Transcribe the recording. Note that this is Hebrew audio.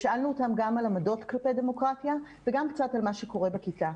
שאלנו אותם גם על עמדות כלפי דמוקרטיה וגם קצת על מה שקורה בכיתה.